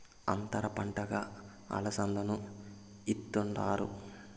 అంతర పంటగా అలసందను ఇత్తుతారు